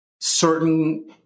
certain